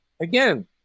again